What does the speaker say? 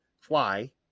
fly